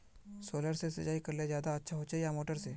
Solar से सिंचाई करले ज्यादा अच्छा होचे या मोटर से?